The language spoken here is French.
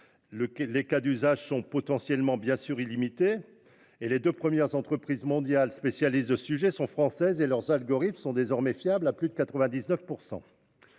Les cas d'usage sont potentiellement illimités. Les deux premières entreprises mondiales spécialistes de cette technique sont françaises et leurs algorithmes sont désormais fiables à plus de 99 %.